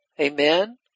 Amen